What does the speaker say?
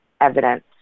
evidence